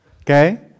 Okay